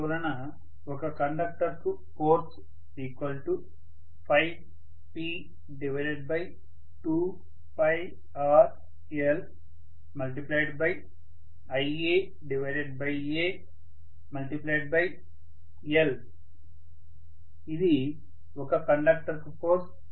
అందువలన ఒక కండక్టర్ కు ఫోర్స్P2rlIaal ఇది ఒక కండక్టర్ కు ఫోర్స్